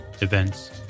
events